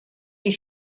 die